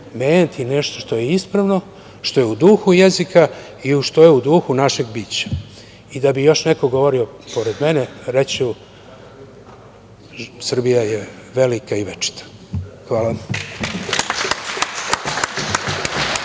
menjati nešto što je ispravno, što je u duhu jezika i što je u duhu našeg bića. Da bi još neko govorio pored mene, reći ću – Srbija je velika i večita. Hvala.